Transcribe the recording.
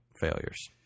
Failures